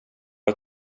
att